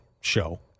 show